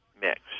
mix